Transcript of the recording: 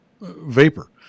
vapor